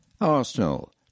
Arsenal